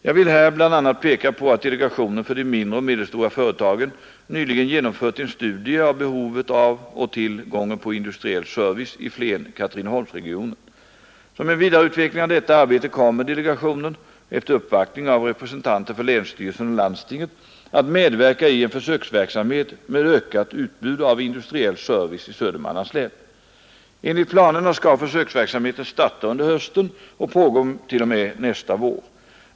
Jag vill här bl.a. peka på att delegationen för de mindre och medelstora företagen nyligen genomfört en studie av behovet av och tillgången på industriell service i Flen-Katrineholmsregionen. Som en vidareutveckling av detta arbete kommer delegationen — efter uppvaktning av representanter för länsstyrelsen och landstinget — att medverka i en försöksverksamhet med ökat utbud av industriell service i Södermanlands län. Enligt planerna skall försöksverksamheten starta under hösten och pågå t.o.m. nästa vår.